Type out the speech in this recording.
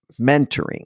mentoring